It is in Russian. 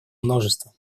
множество